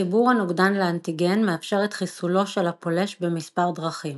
חיבור הנוגדן לאנטיגן מאפשר את חיסולו של הפולש במספר דרכים.